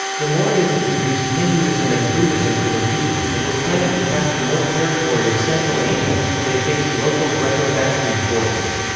the mauryas introduced hinduism and buddhism to the region, and were planning to capture more territory of central asia until they faced local greco-bactrian forces.